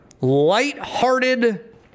lighthearted